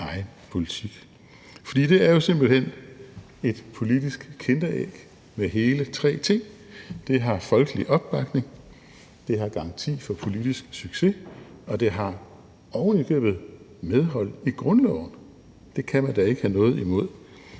politik. Det er jo simpelt hen et politisk kinderæg med hele tre ting: Det har folkelig opbakning, det har garanti for politisk succes, og det har ovenikøbet medhold i grundloven. Det kan man da ikke have noget imod.